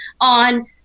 on